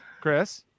Chris